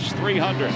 300